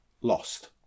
lost